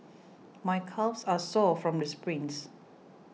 my calves are sore from the sprints